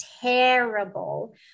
terrible